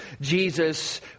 Jesus